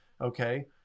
okay